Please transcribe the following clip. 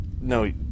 no